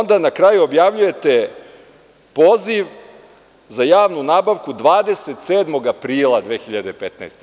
Onda na kraju objavljujete poziv za javnu nabavku 27. aprila 2015. godine.